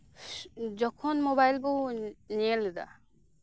ᱡᱚᱠᱷᱚᱱ ᱢᱳᱵᱟᱭᱤᱞ ᱵᱚᱱ ᱧᱮᱞ ᱮᱫᱟ